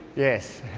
yes.